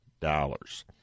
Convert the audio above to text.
dollars